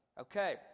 Okay